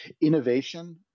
innovation